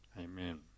amen